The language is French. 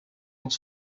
dans